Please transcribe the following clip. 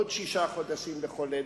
עוד שישה חודשים לחולה.